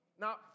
Now